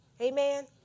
Amen